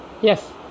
Yes